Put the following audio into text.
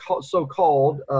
so-called